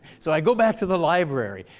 so i go back to the library.